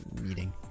meeting